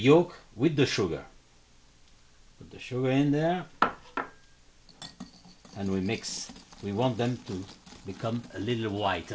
york with the sugar but the sure in there and we mix we want them to become a little white